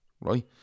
right